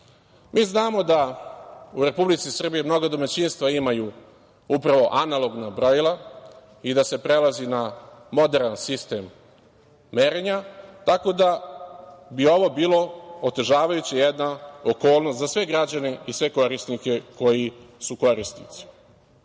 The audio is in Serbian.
znamo da u Republici Srbiji mnoga domaćinstva imaju upravo analogna brojila i da se prelazi na moderan sistem merenja, tako da bi ovo bila jedna otežavajuća okolnost za sve građane i sve korisnike koji su korisnici. Očigledna